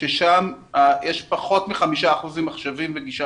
שם יש פחות מחמישה אחוזים מחשבים וגישה